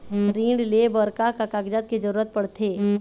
ऋण ले बर का का कागजात के जरूरत पड़थे?